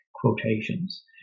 quotations